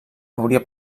hauria